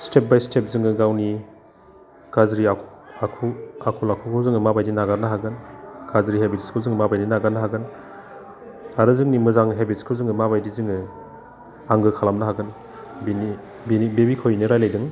step by step जोङो गावनि गाज्रि आखु आखल आखुखौ जोङो माबायदि नागारनो हागोन गाज्रि हेबिट्सखौ जों माबायदि नागारनो हागोन आरो जोंनि मोजां हेबिट्सखौ जोङो माबायदि जोङो आंगो खालामनो हागोन बिनि बे बिखयनो रायज्लायदों